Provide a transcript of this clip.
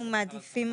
אנחנו מעדיפים,